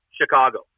Chicago